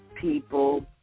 People